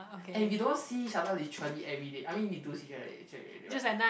and we don't see each other literally everyday I mean we do see each other actually but